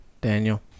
Daniel